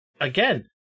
Again